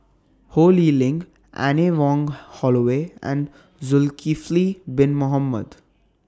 Ho Lee Ling Anne Wong Holloway and Zulkifli Bin Mohamed